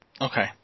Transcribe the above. Okay